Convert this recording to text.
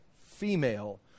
female